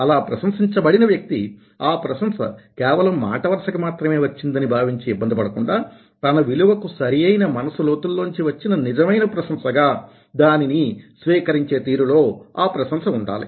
అలా ప్రశంసించబడిన వ్యక్తి ఆ ప్రశంస కేవలం మాటవరసకి మాత్రమే వచ్చిందని భావించి ఇబ్బంది పడకుండా తన విలువ కు సరి అయిన మనసు లోతుల్లోంచి వచ్చిన నిజమైన ప్రశంస గా దానిని స్వీకరించే తీరులో ప్రశంస ఉండాలి